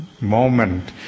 moment